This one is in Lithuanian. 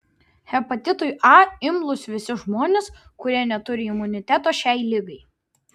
hepatitui a imlūs visi žmonės kurie neturi imuniteto šiai ligai